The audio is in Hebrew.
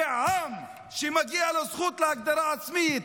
זה עם שמגיעה לו זכות להגדרה עצמית.